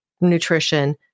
nutrition